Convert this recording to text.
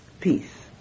peace